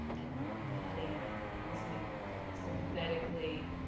and nodding and listening sympathetically.